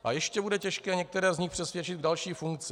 A ještě bude těžké některé z nich přesvědčit k další funkci.